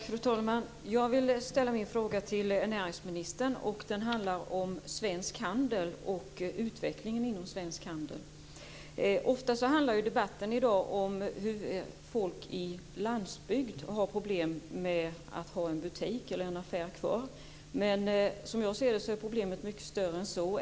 Fru talman! Jag vill ställa min fråga till näringsministern. Den gäller utvecklingen inom svensk handel. Ofta handlar debatten i dag om hur folk i landsbygd har problem med att ha affären kvar. Men jag anser att problemet är större än så.